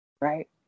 right